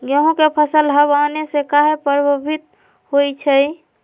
गेंहू के फसल हव आने से काहे पभवित होई छई?